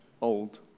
old